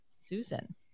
Susan